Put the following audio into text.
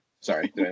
Sorry